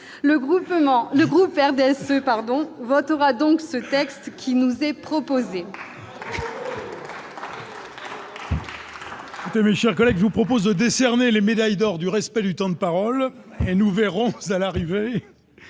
le groupe RDSE pardon votera donc ce texte qui nous est proposé.